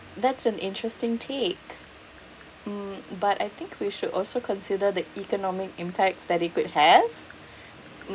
that's an interesting take mm but I think we should also consider the economic impacts that they could have mm